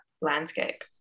landscape